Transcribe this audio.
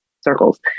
circles